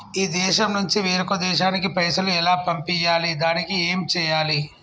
ఈ దేశం నుంచి వేరొక దేశానికి పైసలు ఎలా పంపియ్యాలి? దానికి ఏం చేయాలి?